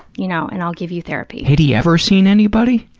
you know, and i'll give you therapy. had he ever seen anybody?